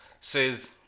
Says